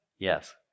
Yes